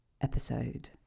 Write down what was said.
episode